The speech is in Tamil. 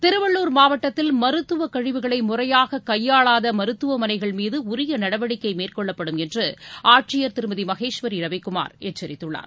திருவள்ளுர் மாவட்டத்தில் மருத்துவ கழிவுகளை முறையாக கையாளாத மருத்துவமனைகள் மீது உரிய நடவடிக்கை மேற்கொள்ளப்படும் என்று ஆட்சியர் திருமதி மகேஸ்வரி ரவிகுமார் எச்சரித்துள்ளார்